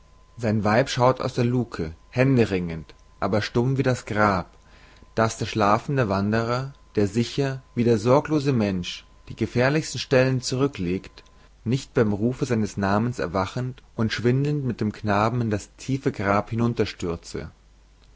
sein weib schaut aus der luke händeringend aber stumm wie das grab daß der schlafende wandler der sicher wie der sorglose mensch die gefährlichsten stellen zurüklegt nicht beim rufe seines namens erwachend und schwindelnd mit dem knaben in das tiefe grab